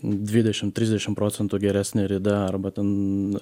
dvidešim trisdešim procentų geresne rida arba ten